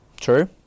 True